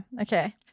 okay